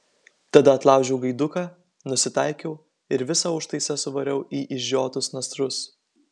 tada atlaužiau gaiduką nusitaikiau ir visą užtaisą suvariau į išžiotus nasrus